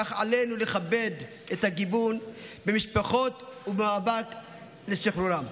כך עלינו לכבד את הגיוון במשפחות ובמאבק לשחרורם.